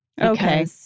Okay